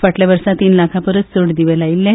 फाटल्या वर्सा तीन लाखां परस चड दिवे लायिल्ले